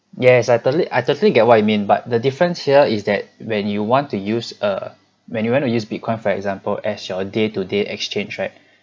yes I totally I totally get what you mean but the difference here is that when you want to use err when you want to use bitcoin for example as your day to day exchange right